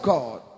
God